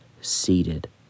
seated